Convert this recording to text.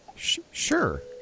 Sure